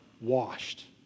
washed